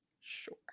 Sure